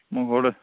মই ঘৰত